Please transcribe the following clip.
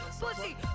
pussy